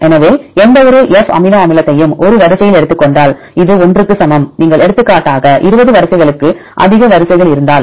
எனவே எந்தவொரு F amino அமிலத்தையும் ஒரு வரிசையில் எடுத்துக்கொண்டால் இது 1 க்கு சமம் நீங்கள் எடுத்துக்காட்டாக 20 வரிசைகளுக்கு அதிக வரிசைகள் இருந்தால்